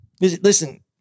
listen